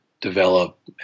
develop